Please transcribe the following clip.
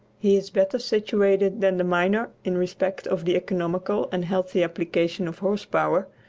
he is better situated than the miner in respect of the economical and healthy application of horse-power,